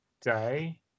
day